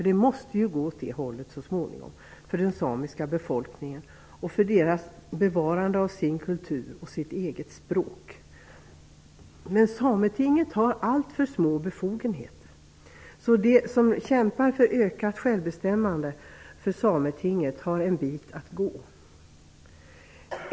Det måste gå åt det hållet så småningom för den samiska befolkningen och för dess bevarande av sin kultur och sitt språk. Men Sametinget har alltför små befogenheter. De som kämpar för ökat självbestämmande för Sametinget har en bit att gå.